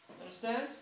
Understand